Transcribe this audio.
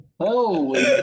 Holy